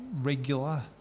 regular